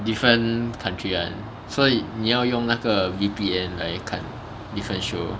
different country [one] 所以你要用那个 V_P_N 来看 different show